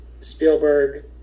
Spielberg